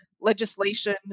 legislation